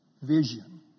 Vision